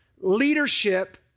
leadership